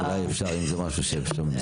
אולי אפשר אם זה משהו שהוא במסגרת.